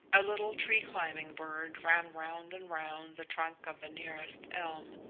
a little tree-climbing bird ran round and round the trunk of the nearest elm,